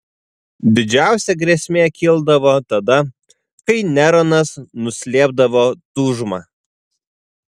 didžiausia grėsmė kildavo tada kai neronas nuslėpdavo tūžmą